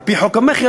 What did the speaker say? על-פי חוק המכר,